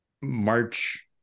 March